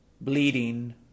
bleeding